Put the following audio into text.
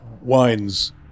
wines